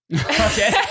okay